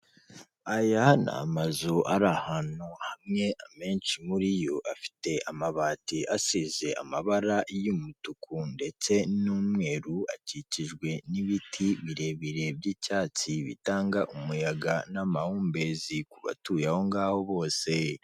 Aya ni amazu ari ahantu hamwe, amenshi muri yo afite amabati asize amabara y'umutuku, ndetse n'umweru, akikijwe n'ibiti birebire by'icyatsi, bitanga umuyaga n'amahumbezi ku batuye ahongaho bose.